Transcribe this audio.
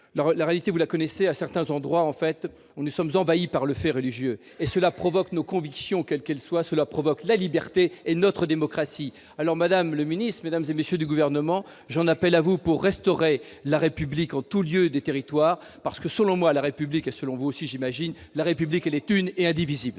la réalité, vous la connaissez, à certains endroits, en fait, on nous sommes envahis par le fait religieux, et cela provoque nos convictions, quelle qu'elle soit, cela provoque la liberté et notre démocratie, alors Madame le Ministre, Mesdames et messieurs du gouvernement, j'en appelle à vous pour restaurer la République en tous lieux, des territoires, parce que, selon moi, la République est selon vous aussi j'imagine la République elle est une et indivisible.